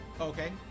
Okay